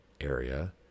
area